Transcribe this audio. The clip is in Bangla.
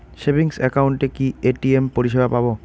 সেভিংস একাউন্টে কি এ.টি.এম পরিসেবা পাব?